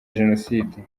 jenoside